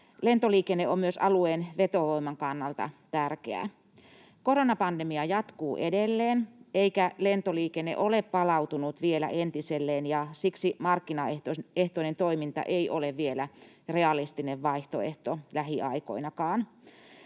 Lentoliikenne on myös alueen vetovoiman kannalta tärkeää. Koronapandemia jatkuu edelleen, eikä lentoliikenne ole palautunut vielä entiselleen, ja siksi markkinaehtoinen toiminta ei ole vielä realistinen vaihtoehto lähiaikoinakaan.